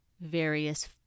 various